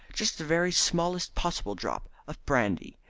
just the very smallest possible drop, of brandy.